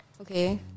Okay